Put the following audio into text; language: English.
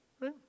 right